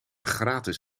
gratis